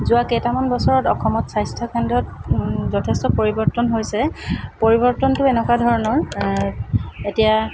যোৱা কেটামান বছৰত অসমত স্বাস্থ্যকেন্দ্ৰত যথেষ্ট পৰিৱৰ্তন হৈছে পৰিৱৰ্তনটো এনেকুৱা ধৰণৰ এতিয়া